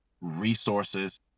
resources